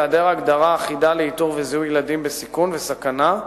היעדר הגדרה אחידה לאיתור ולזיהוי של ילדים בסיכון וסכנה,